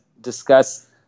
discuss